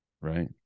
right